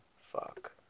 fuck